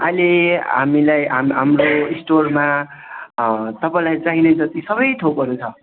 अहिले हामीलाई हाम हाम्रो स्टोरमा तपाईँलाई चाहिने जति सब थोकहरू छ